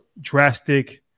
drastic